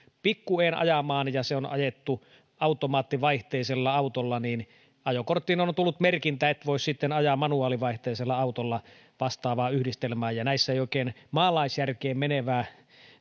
pikku en ajamaan ja se on ajettu automaattivaihteisella autolla niin ajokorttiin on on tullut merkintä että ei voi sitten ajaa manuaalivaihteisella autolla vastaavaa yhdistelmää näissä ei oikein maalaisjärkeen menevää